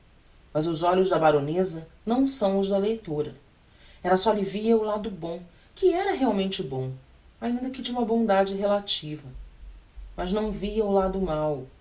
mas os olhos da baroneza não são os da leitora ella só lhe via o lado bom que era realmente bom ainda que de uma bondade relativa mas não via o lado mau